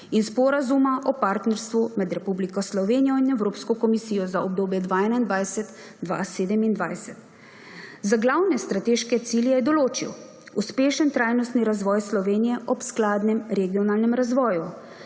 in Sporazuma o partnerstvu med Republiko Slovenijo in Evropsko komisijo za obdobje 2021–2027. Za glavne strateške cilje je določil: uspešen trajnostni razvoj Slovenije ob skladnem regionalnem razvoju;